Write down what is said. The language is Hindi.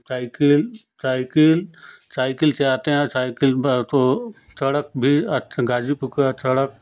साइकिल साइकिल साइकिल से आते हैं साइकिल पर तो सड़क भी अच गाज़ीपुर की सड़क